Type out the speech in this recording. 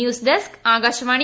news desk Akashvani